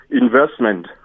investment